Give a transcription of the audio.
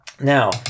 Now